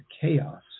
chaos